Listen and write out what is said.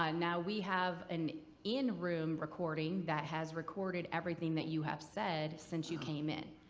ah now we have an in-room recording that has recorded everything that you have said since you came in.